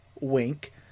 Wink